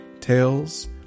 tales